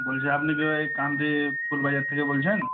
বলছি আপনি কেউ ওই কান্তি ফুল বাজার থেকে বলছেন